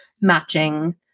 matching